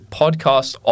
podcast